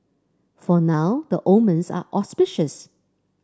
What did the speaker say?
for now the omens are auspicious